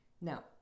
Now